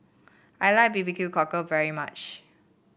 I like Barbecue Cockle very much